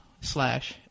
slash